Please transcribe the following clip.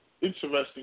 interesting